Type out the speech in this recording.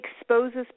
exposes